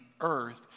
earth